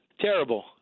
Terrible